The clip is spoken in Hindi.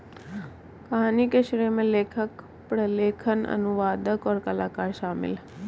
कहानी के श्रेय में लेखक, प्रलेखन, अनुवादक, और कलाकार शामिल हैं